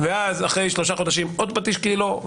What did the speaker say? ואז אחרי שלושה חודשים עוד פטיש קילו,